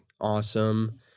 awesome